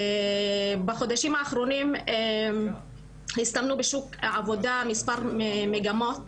בחודשים האחרונים הסתיימו בשוק העבודה מספר מגמות